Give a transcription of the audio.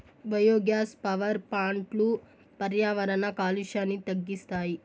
biogas power ప్లాంట్లు పర్యావరణ కాలుష్యాన్ని తగ్గిస్తాయి